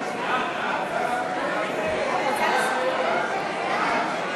ההצעה להעביר את הצעת